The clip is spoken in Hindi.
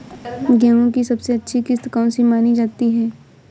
गेहूँ की सबसे अच्छी किश्त कौन सी मानी जाती है?